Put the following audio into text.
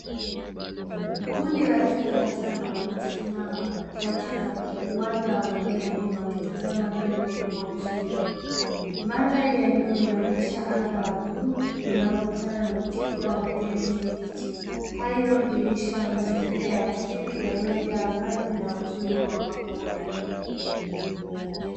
Kundi la twiga watano waliosimama, katika uwanda wa majani wakitazama mbele kwa utulivu. Mandhari ya nyuma inaonyesha anga la bluu, linalokutana na ukingo wa majani kibichi, hali inayodhihirisha mazingira asili yaliyojaa amani na uzuri wa mapori.